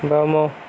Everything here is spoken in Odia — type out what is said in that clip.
ବାମ